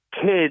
kids